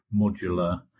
modular